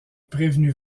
prévenue